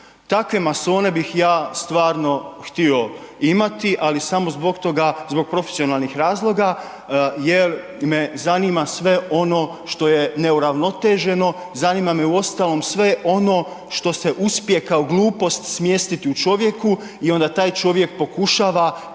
Takve masone bih ja stvarno htio imati, ali samo zbog toga, zbog profesionalnih razloga, jer me zanima sve ono što je neuravnoteženo, zanima me, uostalom sve ono što se uspije kao glupost smjestiti u čovjeku i onda taj čovjek pokušava,